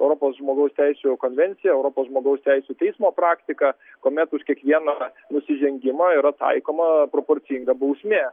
europos žmogaus teisių konvencija europos žmogaus teisių teismo praktika kuomet už kiekvieną nusižengimą yra taikoma proporcinga bausmė